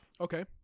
Okay